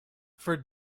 for